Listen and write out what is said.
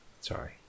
sorry